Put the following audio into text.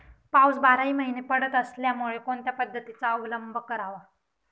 पाऊस बाराही महिने पडत असल्यामुळे कोणत्या पद्धतीचा अवलंब करावा?